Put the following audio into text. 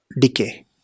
decay